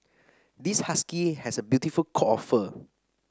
this husky has a beautiful coat of fur